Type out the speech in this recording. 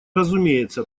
разумеется